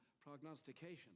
prognostication